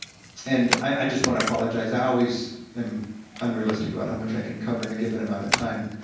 and i just wanna apologize, i always am unrealistic about how much i can cover in a given amount of time.